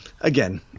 again